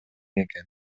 экен